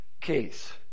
case